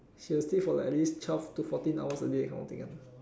she'll sleep for like at least twelve to fourteen hours a day kind of thing one